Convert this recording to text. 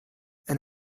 and